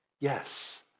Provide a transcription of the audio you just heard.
yes